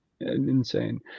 insane